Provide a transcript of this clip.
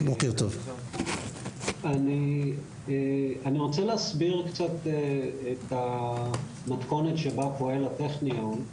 אני רוצה להסביר קצת את המתכונת שבה פועל הטכניון,